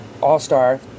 all-star